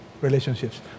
relationships